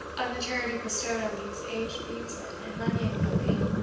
of the charity bestowed on these aged bedesmen in money and clothing,